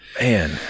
Man